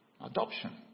Adoption